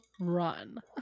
run